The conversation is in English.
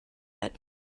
yet